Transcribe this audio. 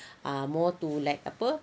ah more to like apa